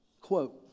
Quote